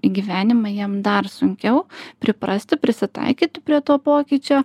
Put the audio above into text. į gyvenimą jam dar sunkiau priprasti prisitaikyti prie to pokyčio